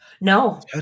no